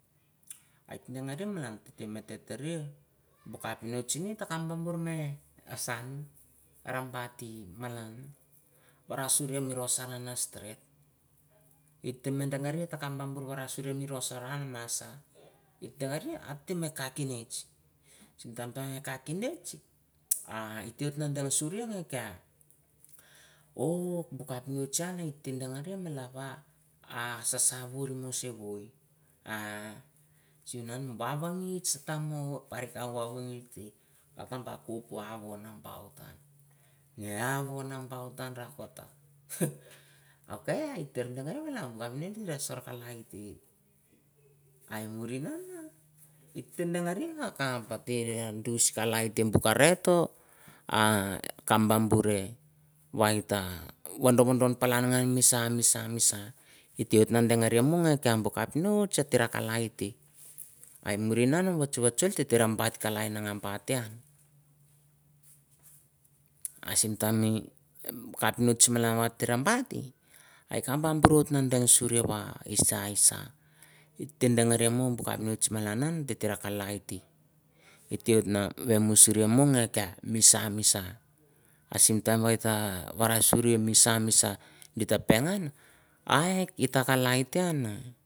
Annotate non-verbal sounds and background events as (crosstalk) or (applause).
Hiteh meh gahn malaneh, giteh errha teh buh capnist, tah kaph burr burr meh eh sahn harah bah ti malaneh wara sureh mi sorh sah rahn nah steret. Hiteh meh dangareh tah kaph bah buh warasureh mi roh sah rahn masah. Hi dangareh hita mi cah cinist, sin time tah cah cinist, (noise) ah hite dang ah surr ih mi giah, oh buh capnist han hita dang eh reh mah lavah, ah sha sha morr she voih, ah seh wuh nan, ah wah wah gist tah moh pahreh kah wohoi wah wah gist teh, hatan tah kohpoh ah nambaut, ahn. Geh yiu nambaut han rakot, ha, ha, ok hita rah dangareh mi capnist toh kah lai teh. Ah murr hi nan hita dang ahreh akaph ateh mi dus kalai teh duh kah rehtoh, ah cam buh ret toh, ah cam bah buh reh wai tah won doh won doh palaha mi missah, missah. Hiteh wohot nah dangereh moh eh kih yah buh kaph nush hate roh kalai teh, ah murrih nan, wohats wohots atereh bah buh kalai nan gah buh teh han, ah sim time ih capnist malan hitereh baht, hei kaph kah buruht noh dang eh shura ah hi sha, hi sha, hita dang ah reh ah buh capinist malan sha, misha, ah sim time warashure mis sha mis sha. Gita pay gan hi hita kalai teh han.